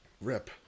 RIP